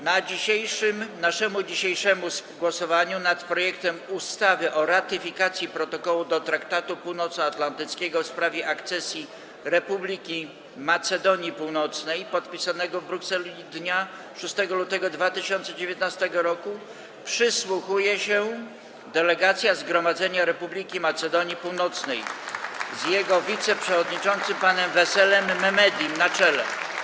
Naszemu dzisiejszemu głosowaniu nad projektem ustawy o ratyfikacji Protokołu do Traktatu Północnoatlantyckiego w sprawie akcesji Republiki Macedonii Północnej, podpisanego w Brukseli dnia 6 lutego 2019 r., przysłuchuje się delegacja Zgromadzenia Republiki Macedonii Północnej z jego wiceprzewodniczącym panem Veselem Memedim na czele.